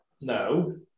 No